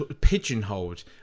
pigeonholed